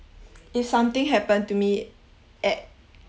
if something happened to me at